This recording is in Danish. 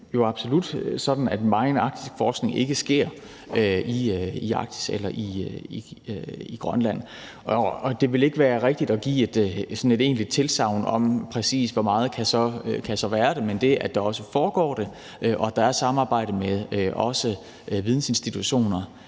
absolut sådan, at megen arktisk forskning ikke sker i Arktis eller i Grønland. Det ville ikke være rigtigt at give et egentligt tilsagn om, præcis hvor meget der så kan gøre det. Men det, at der også foregår det, og at der er samarbejde med vidensinstitutioner